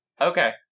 Okay